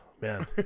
man